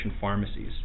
pharmacies